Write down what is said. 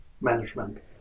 Management